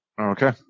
Okay